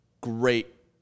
great